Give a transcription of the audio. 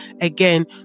again